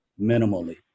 minimally